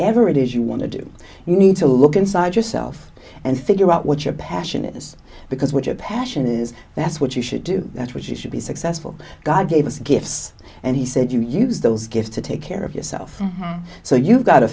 ever it is you want to do you need to look inside yourself and figure out what your passion is because what your passion is that's what you should do that which is should be successful god gave us gifts and he said you use those gifts to take care of yourself so you've got to